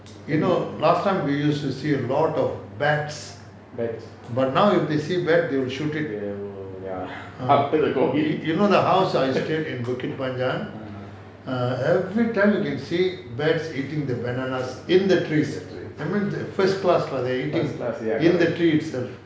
you know last time we used to see a lot of bats but now they see bats they will shoot it you know the house I stayed in bukit panjang err every time you can see bats eating the bananas in the trees I mean first class lah they eating in the tree itself